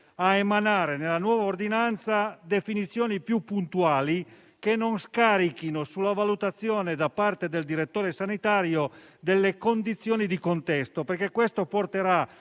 a emanare, nella nuova ordinanza, definizioni più puntuali, che non scarichino sulla valutazione da parte del direttore sanitario delle condizioni di contesto. Questo porterà